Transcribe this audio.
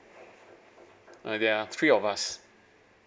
ah there are three of us